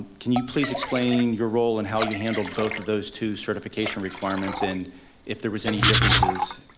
can you please explain your role in how you handled both of those two certification requirements and if there was any differences.